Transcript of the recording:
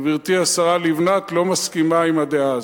גברתי השרה לבנת, לא מסכימה עם הדעה הזאת.